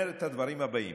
אומר את הדברים הבאים: